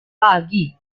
lagi